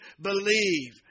believe